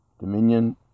Dominion